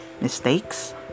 mistakes